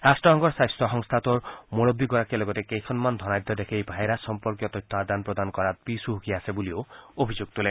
ৰট্টসংঘৰ স্বাস্থ্য সংস্থাটোৰ মুৰববীগৰাকীয়ে লগতে কেইখনমান ধনাঢ্য দেশে এই ভাইৰাছ সম্পৰ্কীয় তথ্য আদান প্ৰদান কৰাত পিছ হুহকি আছে বুলিও অভিযোগ তোলে